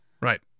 right